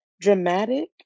Dramatic